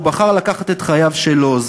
הוא בחר לקחת את חייו שלו.